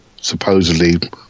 supposedly